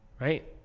right